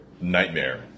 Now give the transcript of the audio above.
nightmare